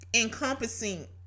encompassing